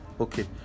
Okay